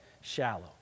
shallow